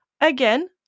Again